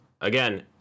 again